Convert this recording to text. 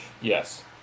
yes